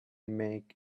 make